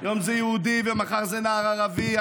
היום זה יהודי ומחר זה נער ערבי,